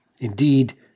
Indeed